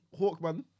Hawkman